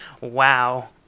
wow